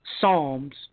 Psalms